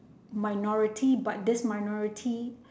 minority but this minority